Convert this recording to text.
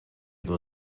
dur